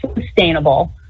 sustainable